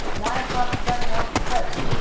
and i bumped bunny off the post.